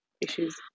issues